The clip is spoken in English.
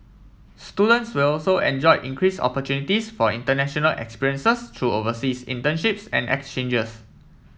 students will also enjoy increase opportunities for international experiences through overseas internships and exchanges